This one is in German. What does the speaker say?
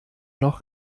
noch